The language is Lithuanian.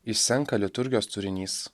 išsenka liturgijos turinys